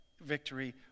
victory